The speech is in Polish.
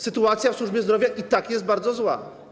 Sytuacja w służbie zdrowia i tak jest bardzo zła.